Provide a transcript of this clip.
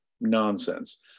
nonsense